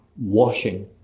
washing